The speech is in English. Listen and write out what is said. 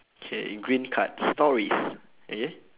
okay green card stories okay